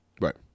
Right